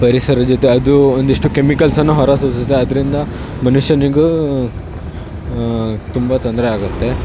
ಪರಿಸರದ ಜೊತೆ ಅದು ಒಂದಿಷ್ಟು ಕೆಮಿಕಲ್ಸ್ ಅನ್ನು ಹೊರ ಸೂಸುತ್ತೆ ಅದರಿಂದ ಮನುಷ್ಯನಿಗೂ ತುಂಬ ತೊಂದರೆ ಆಗುತ್ತೆ